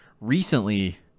recently